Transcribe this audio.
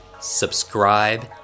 subscribe